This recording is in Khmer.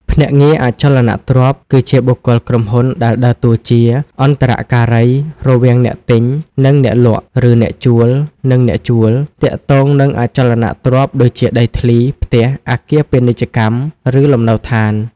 ភ្នាក់ងារអចលនទ្រព្យ គឺជាបុគ្គលឬក្រុមហ៊ុនដែលដើរតួជា អន្តរការី រវាងអ្នកទិញ និងអ្នកលក់ ឬអ្នកជួល និងអ្នកជួល ទាក់ទងនឹងអចលនទ្រព្យ ដូចជាដីធ្លី ផ្ទះ អគារពាណិជ្ជកម្ម ឬលំនៅដ្ឋាន។